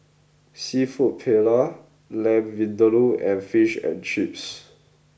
Seafood Paella Lamb Vindaloo and Fish and Chips